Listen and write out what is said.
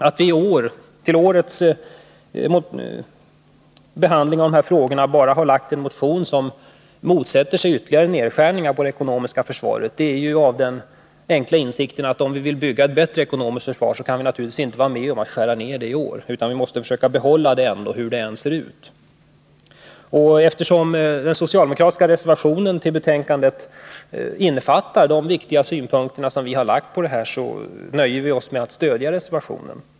Att vi till årets behandling av dessa frågor bara har väckt en motion som motsätter sig ytterligare nedskärningar inom det ekonomiska försvaret beror på den enkla insikten att om vi vill bygga upp ett bättre ekonomiskt försvar kan vi naturligtvis inte vara med om att skära ned det i år, utan vi måste behålla det ekonomiska försvaret hur det än ser ut. Eftersom den socialdemokratiska reservationen till försvarsutskottets betänkande nr 20 innefattar de viktiga synpunkter vi lagt på detta ärende, nöjer vi oss med att stödja reservationen.